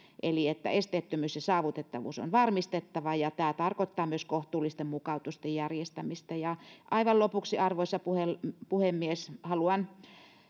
eli siihen että esteettömyys ja saavutettavuus on varmistettava ja ja tämä tarkoittaa myös kohtuullisten mukautusten järjestämistä aivan lopuksi arvoisa puhemies puhemies haluan